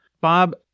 Bob